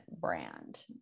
brand